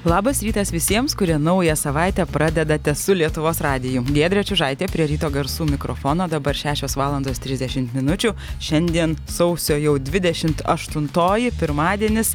labas rytas visiems kurie naują savaitę pradedate su lietuvos radiju giedrė čiužaitė prie ryto garsų mikrofono dabar šešios valandos trisdešimt minučių šiandien sausio jau dvidešimt aštuntoji pirmadienis